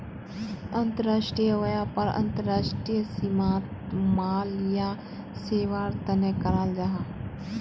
अंतर्राष्ट्रीय व्यापार अंतर्राष्ट्रीय सीमात माल या सेवार तने कराल जाहा